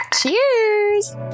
Cheers